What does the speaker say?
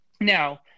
Now